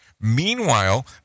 Meanwhile